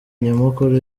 nyamukuru